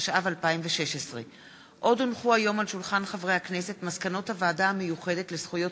התשע"ו 2016. מסקנות הוועדה המיוחדת לזכויות